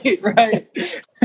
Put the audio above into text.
right